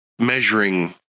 measuring